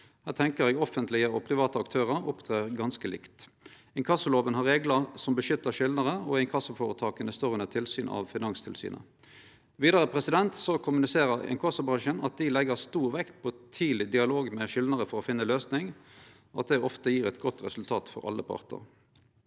Her tenkjer eg at offentlege og private aktørar opptrer ganske likt. Inkassoloven har reglar som beskyttar skyldnarar, og inkassoføretaka står under tilsyn av Finanstilsynet. Vidare kommuniserer inkassobransjen at dei legg stor vekt på tidleg dialog med skyldnarar for å finne ei løysing, og at det ofte gjev eit godt resultat for alle partar.